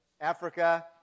Africa